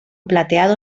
plateado